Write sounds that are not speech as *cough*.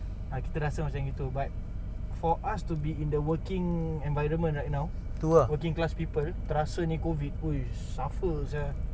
ah kita rasa macam gitu but for us to be in the working environment right now working class people terasa ini COVID *noise* suffer sia